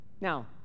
Now